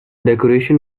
decoration